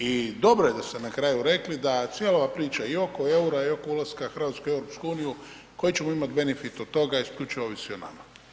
I dobro je da ste na kraju rekli da cijela ova priča i oko EUR-a i oko ulaska Hrvatske u EU koji ćemo imati benefit od tog isključivo ovisi o nama.